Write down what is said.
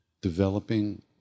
developing